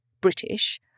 british